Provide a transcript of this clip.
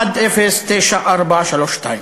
109432."